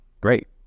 great